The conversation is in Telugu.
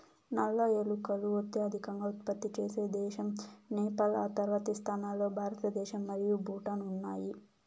నల్ల ఏలకులు అత్యధికంగా ఉత్పత్తి చేసే దేశం నేపాల్, ఆ తర్వాతి స్థానాల్లో భారతదేశం మరియు భూటాన్ ఉన్నాయి